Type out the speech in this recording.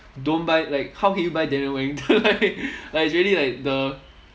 don't buy like how can you buy daniel wellington like like it's really like the